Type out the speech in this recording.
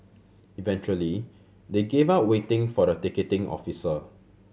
eventually they gave up waiting for the ticketing officer